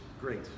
great